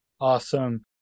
Awesome